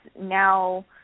now